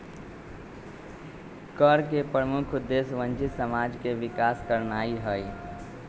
कर के प्रमुख उद्देश्य वंचित समाज के विकास करनाइ हइ